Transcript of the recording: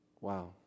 Wow